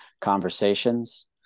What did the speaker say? conversations